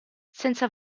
senza